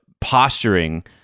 posturing